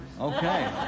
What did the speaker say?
Okay